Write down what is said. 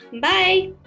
Bye